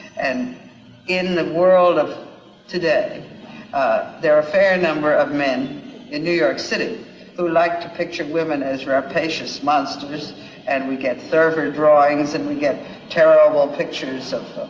and in the world of today there are a fair number of men in new york city who like to picture women as rapacious monsters and we get thurver drawings and we get terrible pictures of,